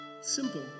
Simple